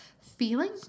feeling